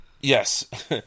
Yes